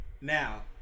Now